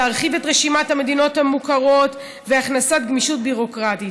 להרחיב את רשימת המדינות המוכרות ולהכניס גמישות ביורוקרטית.